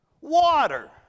Water